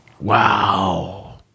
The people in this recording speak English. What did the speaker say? Wow